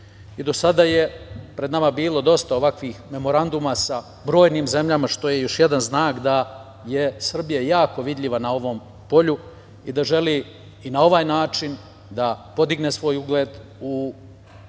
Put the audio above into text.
i do sada je pred nama bilo dosta ovakvih memoranduma sa brojnim zemljama, što je još jedan znak da je Srbija jako vidljiva na ovom polju i da želi na ovaj način da podigne svoj ugled u